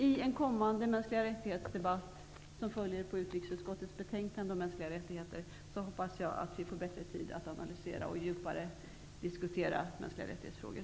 I den kommande debatten med anledning av utrikesutskottets betänkande om mänskliga rättigheter hoppas jag att vi får mera tid till att analysera och djupare diskutera MR-frågor.